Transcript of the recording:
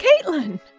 Caitlin